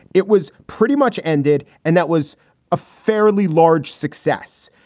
it was pretty much ended and that was a fairly large success.